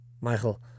Michael